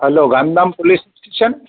hello Gandhidham police station